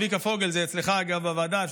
צביקה פוגל, זה אצלך בוועדה, אגב.